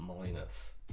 minus